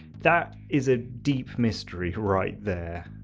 that is a deep mystery right there.